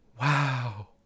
wow